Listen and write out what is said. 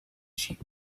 sheep